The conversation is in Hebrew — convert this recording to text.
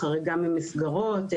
חריגה ממסגרות,